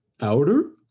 outer